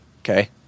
okay